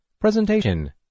Presentation